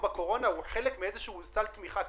בקורונה הוא חלק מאיזה שהוא סל תמיכה?